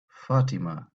fatima